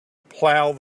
plough